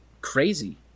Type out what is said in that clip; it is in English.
crazy